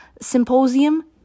Symposium